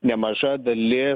nemaža dalis